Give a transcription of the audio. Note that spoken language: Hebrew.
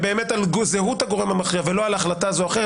הן באמת על זהות הגורם המכריע ולא על החלטה זו או אחרת,